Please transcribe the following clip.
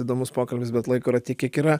įdomus pokalbis bet laiko yra tiek kiek yra